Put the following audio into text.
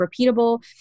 repeatable